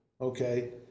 okay